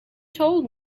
told